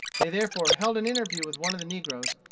they therefore held an interview with one of the negroes,